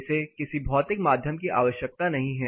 इसे किसी भौतिक माध्यम की आवश्यकता नहीं है